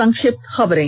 संक्षिप्त खबरें